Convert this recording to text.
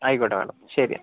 ആയിക്കോട്ടെ മാഡം ശരി